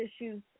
issues